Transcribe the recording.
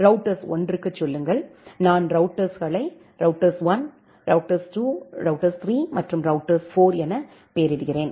routers 1 ஐச் சொல்லுங்கள் நான் ரௌட்டர்ஸ்களை ரௌட்டர்ஸ் 1 ரௌட்டர்ஸ் 2 ரௌட்டர்ஸ் 3 மற்றும் ரௌட்டர்ஸ் 4 என பெயரிடுகிறேன்